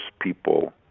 people